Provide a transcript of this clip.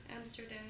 Amsterdam